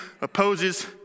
opposes